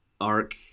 arc